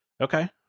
Okay